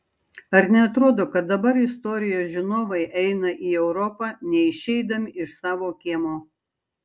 ar neatrodo kad dabar istorijos žinovai eina į europą neišeidami iš savo kiemo